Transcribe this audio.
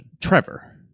Trevor